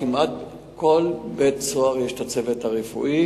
כמעט בכל בית-סוהר יש צוות רפואי.